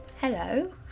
Hello